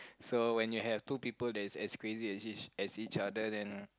so when you have two people that is as crazy as each as each other then